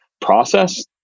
process